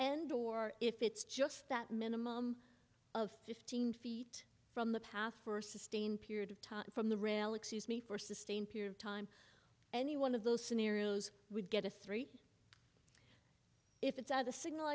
and or if it's just that minimum of fifteen feet from the path for a sustained period of time from the rail excuse me for sustained period of time any one of those scenarios would get a three if it's at the signal